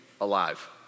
alive